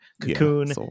Cocoon